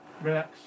relax